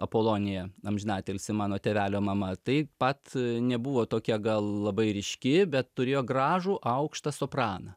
apolonija amžinatilsį mano tėvelio mama taip pat nebuvo tokia gal labai ryški bet turėjo gražų aukštą sopraną